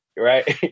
Right